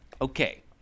Okay